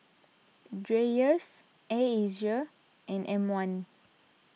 Dreyers Air Asia and M one